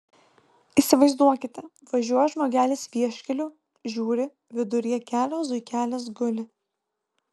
įsivaizduokite važiuoja žmogelis vieškeliu žiūri viduryje kelio zuikelis guli